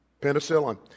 Penicillin